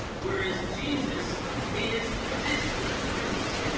whereas jesus is this first fruits,